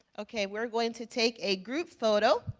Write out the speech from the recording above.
okay. we're going to take a group photo.